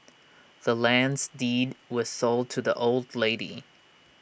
the land's deed was sold to the old lady